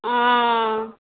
ओ